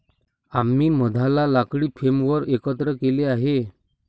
आम्ही मधाला लाकडी फ्रेमवर एकत्र केले आहे